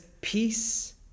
peace